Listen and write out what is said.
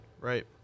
Right